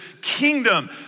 kingdom